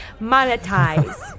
monetize